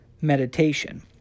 meditation